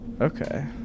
Okay